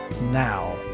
now